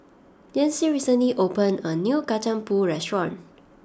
Jessee recently opened a new Kacang Pool restaurant